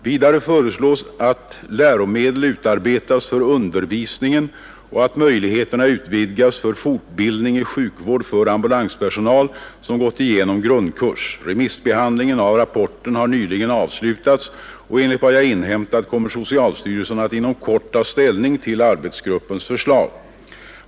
Vidare föreslås att läromedel utarbetas för undervisningen och att möjligheterna utvidgas för fortbildning i sjukvård för ambulanspersonal, som gått igenom grundkurs. Remissbehandlingen av rapporten har nyligen avslutats, och enligt vad jag inhämtat kommer socialstyrelsen att inom kort ta ställning till arbetsgruppens förslag.